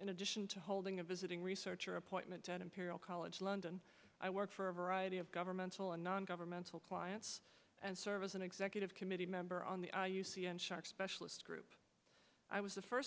in addition to holding a visiting researcher appointment at imperial college london i work for a variety of governmental and non governmental clients and serve as an executive committee member on the shark specialist group i was the first